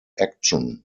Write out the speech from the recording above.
action